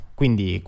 quindi